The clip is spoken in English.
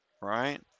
right